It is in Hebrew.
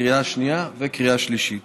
לקריאה שנייה ולקריאה שלישית.